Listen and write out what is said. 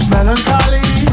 Melancholy